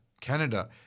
Canada